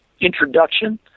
introduction